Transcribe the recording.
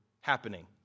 happening